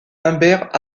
humbert